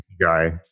guy